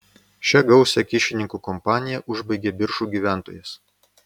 šią gausią kyšininkų kompaniją užbaigė biržų gyventojas